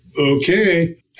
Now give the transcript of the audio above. Okay